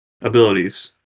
abilities